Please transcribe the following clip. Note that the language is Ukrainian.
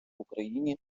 україні